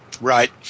Right